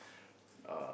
uh